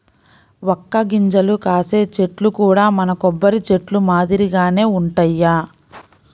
వక్క గింజలు కాసే చెట్లు కూడా మన కొబ్బరి చెట్లు మాదిరిగానే వుంటయ్యి